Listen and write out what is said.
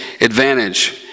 advantage